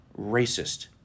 racist